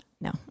No